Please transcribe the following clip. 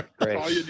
great